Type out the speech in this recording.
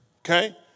okay